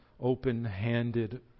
open-handed